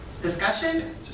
Discussion